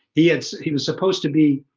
he had he was supposed to be